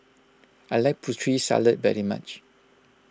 I like Putri Salad very much